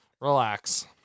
Relax